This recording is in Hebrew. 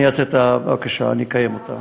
אני מקבל את הבקשה, אני אקיים אותה.